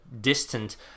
distant